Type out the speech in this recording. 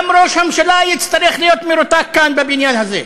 גם ראש הממשלה יצטרך להיות מרותק כאן בבניין הזה,